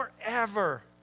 forever